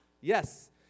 yes